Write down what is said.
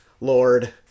Lord